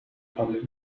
public